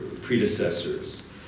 predecessors